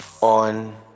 on